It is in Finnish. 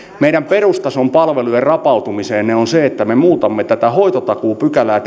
meidän perustason palvelujen rapautumiseen on se että me muutamme tätä hoitotakuupykälää